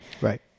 right